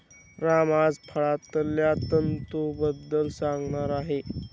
राम आज फळांतल्या तंतूंबद्दल सांगणार आहे